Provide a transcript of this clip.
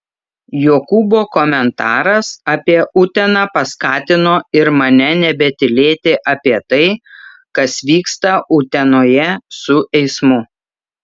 jokūbo komentaras apie uteną paskatino ir mane nebetylėti apie tai kas vyksta utenoje su eismu